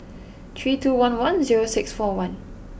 three two one one zero six four one